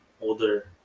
older